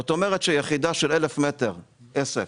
זאת אומרת, יחידה של 1,000 מטר של עסק